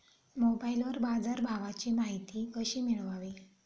मोबाइलवर बाजारभावाची माहिती कशी मिळवावी?